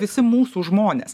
visi mūsų žmonės